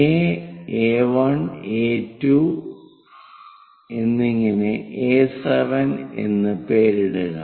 A A1 A2 എന്നിങ്ങനെ A7 എന്ന് പേരിടുക